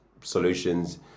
solutions